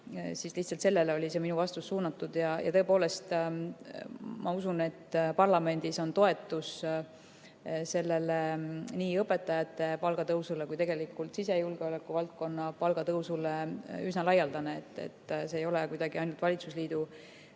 vastus lihtsalt sellele suunatud. Tõepoolest ma usun, et parlamendis on toetus nii õpetajate palga tõusule kui ka sisejulgeoleku valdkonna palgatõusule üsna laialdane, et see ei ole kuidagi ainult valitsusliidu